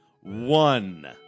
one